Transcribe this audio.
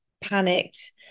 panicked